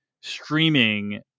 streaming